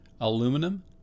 Aluminum